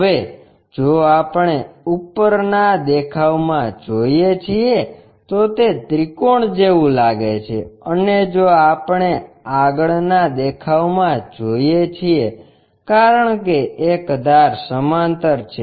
હવે જો આપણે ઉપરના ઉપરનાં દેખાવમાં જોઈએ છીએ તો તે ત્રિકોણ જેવું લાગે છે અને જો આપણે આગળના દેખાવમાં જોઈએ છીએ કારણ કે એક ધાર સમાંતર છે